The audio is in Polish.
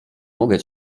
mogę